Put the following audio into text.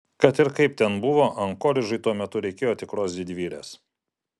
kad ir kaip ten buvo ankoridžui tuo metu reikėjo tikros didvyrės